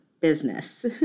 business